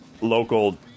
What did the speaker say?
local